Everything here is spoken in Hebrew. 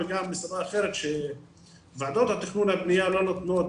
וגם מסיבה אחרת שוועדות התכנון והבנייה לא נותנות